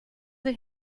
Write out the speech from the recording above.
that